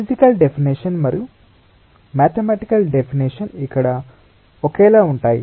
physical definition మరియు mathematical definition ఇక్కడ ఒకేలా ఉంటాయి